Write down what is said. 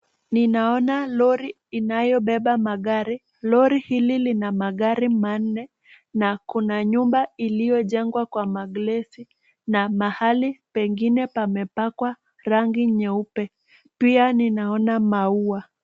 Ninaona lori inayobeba magari. Lori hili lina magari manne na kuna nyumba iliyojengwa kwa maglesi na mahali pengine pamepakwa rangi nyeupe. Pia ninaona maua.